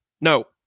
no